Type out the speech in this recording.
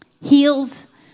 Heals